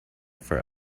for